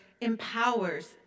empowers